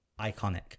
iconic